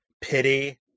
pity